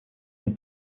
and